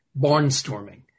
barnstorming